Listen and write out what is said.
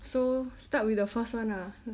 so start with the first one ah